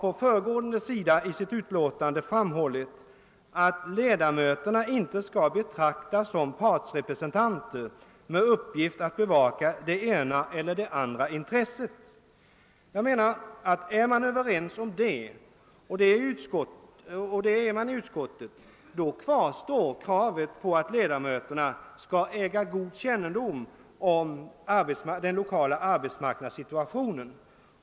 På föregående sida i utlåtandet har utskottsmajoriteten framhållit att ledamöterna inte skall betraktas som partsrepresentanter med uppgift att bevaka det ena eller andra intresset. är man överens härom — och det är man 1 utskottet — kvarstår kravet på att ledamöterna skall äga god kännedom om den lokala arbetsmarknadssituationen.